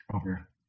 Over